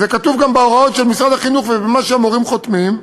וזה כתוב גם בהוראות של משרד החינוך ובמה שהמורים חותמים עליו,